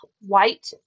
white